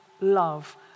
love